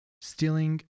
stealing